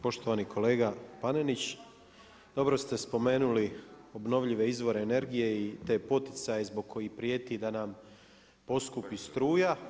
Poštovani kolega Panenić, dobro ste spomenuli obnovljive izvore energije i te poticaje zbog kojih prijeti da nam poskupi struja.